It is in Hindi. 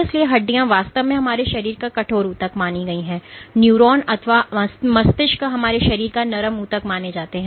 इसलिए हड्डियां वास्तव में हमारे शरीर का कठोर ऊतक मानी जाती है और न्यूरॉन अथवा मस्तिष्क हमारे शरीर का नरम ऊतक माने जाते हैं